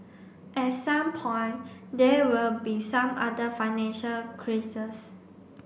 at some point there will be some other financial